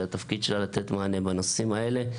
"תנועת אור" והתפקיד שלה הוא לתת מענה בנושאים האלה.